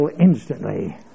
instantly